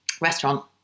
Restaurant